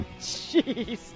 Jeez